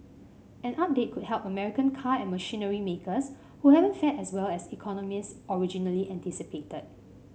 an update could help American car and machinery makers who haven't fared as well as economists originally anticipated